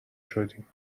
شدیم